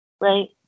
Right